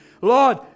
Lord